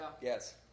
Yes